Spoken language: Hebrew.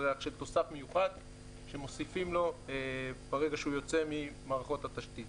ריח של תוסף מיוחד שמוסיפים לו ברגע שהוא יוצא ממערכות התשתית.